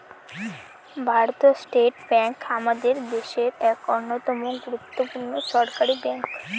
ভারতীয় state bank আমাদের দেশের এক অন্যতম গুরুত্বপূর্ণ সরকারি ব্যাঙ্ক